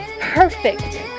perfect